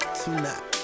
tonight